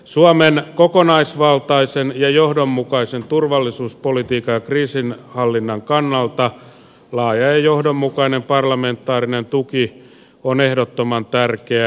suomen kokonaisvaltaisen ja johdonmukaisen turvallisuuspolitiikan ja kriisinhallinnan kannalta laaja ja johdonmukainen parlamentaarinen tuki on ehdottoman tärkeää